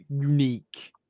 unique